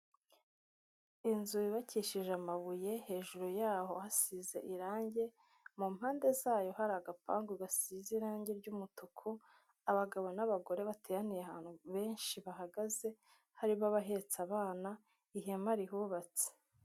Inzu yubakishije amabuye, hejuru yaho hasize irangi, mu mpande zayo hari agapangu gasize irangi ry'umutuku, abagabo n'abagore bateraniye ahantu benshi bahagaze, harimo abahetse abana, ihema rihubatse.